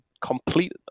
complete